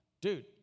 Dude